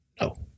No